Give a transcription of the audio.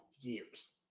years